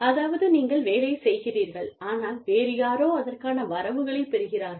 அதாவது நீங்கள் வேலையைச் செய்கிறீர்கள் ஆனால் வேறு யாரோ அதற்கான வரவுகளைப் பெறுகிறார்கள்